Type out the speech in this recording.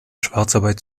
schwarzarbeit